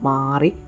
Mari